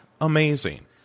amazing